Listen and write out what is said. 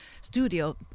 studio